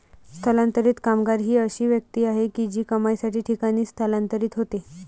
स्थलांतरित कामगार ही अशी व्यक्ती आहे जी कमाईसाठी ठिकाणी स्थलांतरित होते